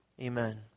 amen